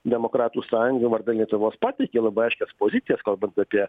demokratų sąjunga vardan lietuvos pateikė labai aiškias pozicijos kalbant apie